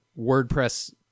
WordPress